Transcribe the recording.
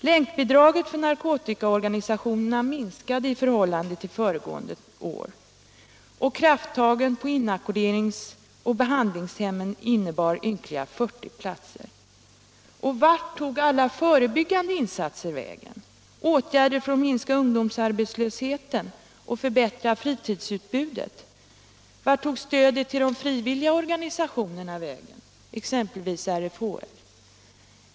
Länkbidraget för narkotikaorganisationerna minskade i förhållande till föregående år. Och krafttagen för inackorderingsoch behandlingshemmen innebar ynkliga 40 platser. Vart tog alla förebyggande insatser vägen — åtgärder för att minska ungdomsarbetslösheten och för att förbättra fritidsutbudet? Vart tog stödet till de frivilliga organisationerna vägen, exempelvis till RFHL?